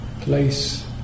place